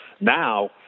Now